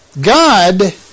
God